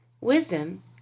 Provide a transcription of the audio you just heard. Wisdom